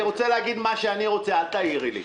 אני רוצה להגיד מה שאני רוצה להגיד.